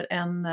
en